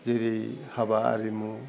जेरै हाबा आरिमु